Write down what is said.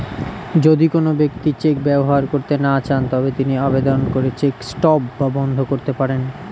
যদি কোন ব্যক্তি চেক ব্যবহার করতে না চান তবে তিনি আবেদন করে চেক স্টপ বা বন্ধ করতে পারেন